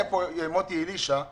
איפה היה מוטי אלישע,